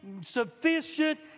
sufficient